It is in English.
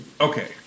okay